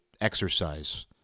exercise